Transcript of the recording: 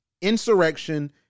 insurrection